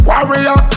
Warrior